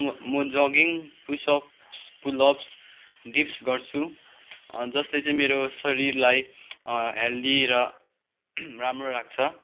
म म jogging push ups pull ups dips गर्छु जसले चाहिँ मेरो शरीरलाई हेल्दी र राम्रो राख्छ